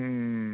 ओम